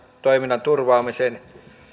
toiminnan turvaamiseen